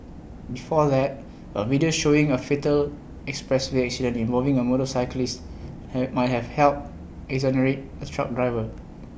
before that A video showing A fatal expressway accident involving A motorcyclist he might have helped exonerate A truck driver